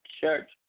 Church